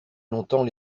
longtemps